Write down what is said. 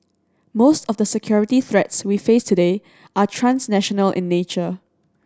most of the security threats we face today are transnational in nature